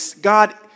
god